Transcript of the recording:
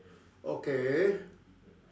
okay